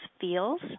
feels